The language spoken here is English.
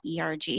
ERG